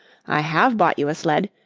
i have bought you a sled,